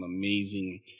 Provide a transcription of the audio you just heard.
amazing